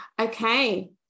Okay